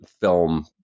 film